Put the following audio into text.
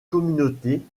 communauté